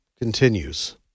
continues